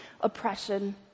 oppression